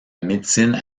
médecine